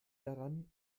daran